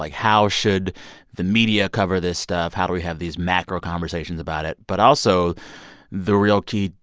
like how should the media cover this stuff? how do we have these macro conversations about it? but also the real key,